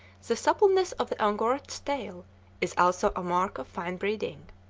the suppleness of the angora's tail is also a mark of fine breeding.